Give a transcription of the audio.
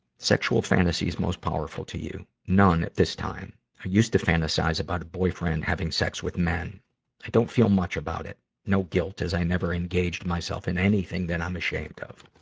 sexual fantasies most powerful to you. none at this time. i used to fantasize about a boyfriend having sex with men. i don't feel much about it no guilt, as i never engaged myself in anything that i'm ashamed of.